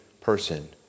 person